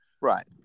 right